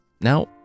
Now